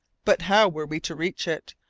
but how were we to reach it?